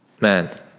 man